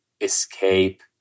escape